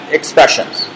expressions